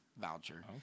voucher